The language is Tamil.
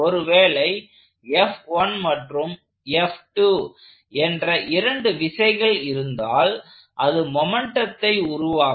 ஒருவேளை மற்றும் என்ற இரண்டு விசைகள் இருந்தால் அது மொமெண்ட்டுத்தை உண்டாக்கும்